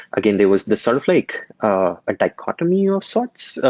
again, there was this sort of like a dichotomy ah of sorts,